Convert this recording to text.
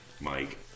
Mike